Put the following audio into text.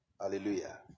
Hallelujah